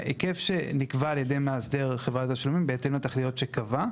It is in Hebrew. בהיקף שנקבע על ידי מאסדר (חברת התשלומים) בהתאם לתכליות שקבע.